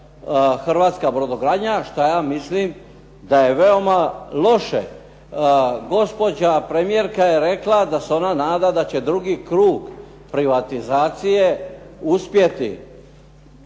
hrvatska brodogradnja što ja mislim da je veoma loše. Gospođa premijerka je rekla da se ona nada da će drugi krug privatizacije uspjeti.